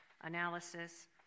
analysis